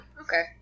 okay